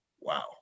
Wow